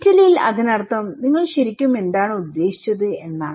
ഇറ്റലിയിൽ അതിനർത്ഥം നിങ്ങൾ ശരിക്കും എന്താണ് ഉദ്ദേശിച്ചത് എന്നാണ്